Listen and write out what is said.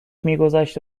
میگذشت